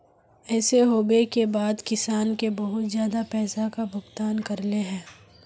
ऐसे होबे के बाद किसान के बहुत ज्यादा पैसा का भुगतान करले है?